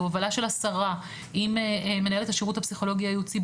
בהובלה של השרה עם מנהלת השירות הפסיכולוגי הייעוצי,